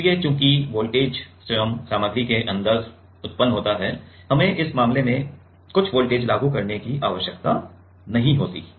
इसलिए चूंकि वोल्टेज स्वयं सामग्री के अंदर उत्पन्न होता है हमें इस मामले में कुछ वोल्टेज लागू करने की आवश्यकता नहीं होती है